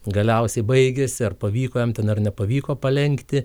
galiausiai baigėsi ar pavyko jam ten ar nepavyko palenkti